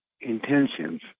intentions